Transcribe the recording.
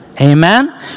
Amen